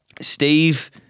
Steve